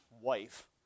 wife